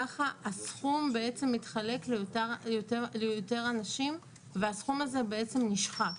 ככה הסכום בעצם מתחלק ליותר אנשים והסכום הזה בעצם נשחק.